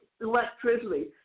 electricity